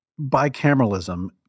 bicameralism